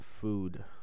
food